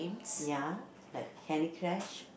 ya like Candy Crush